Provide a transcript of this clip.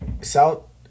South